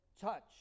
touch